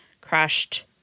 crashed